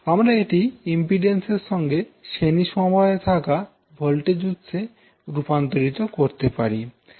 আমরা এটি ইম্পিড্যান্স এর সঙ্গে শ্রেণী সমবায়ে থাকা ভোল্টেজ উৎসে রূপান্তরিত করতে পারি